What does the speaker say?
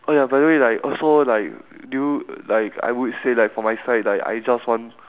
oh ya by the way right also like do you like I would say like for my side like I just want